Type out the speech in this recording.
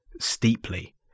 steeply